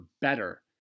better